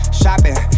shopping